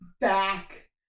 back